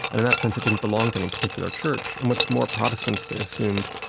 and in that sense it didn't belong to any particular church. and what's more, protestants, they assumed,